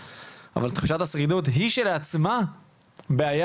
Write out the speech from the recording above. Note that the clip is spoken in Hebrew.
אבל תחושת השרידות היא שלעצמה בעיה